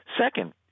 Second